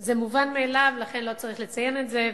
זה מובן מאליו, לכן לא צריך לציין את זה,